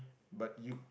but you